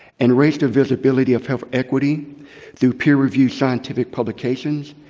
and raised the visibility of health equity through peer-review scientific publications,